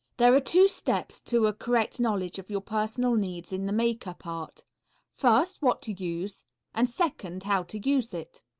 there are two steps to a correct knowledge of your personal needs in the makeup art first, what to use and second, how to use it.